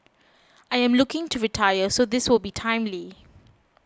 I am looking to retire so this will be timely